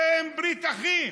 הרי הם ברית אחים.